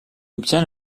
obtient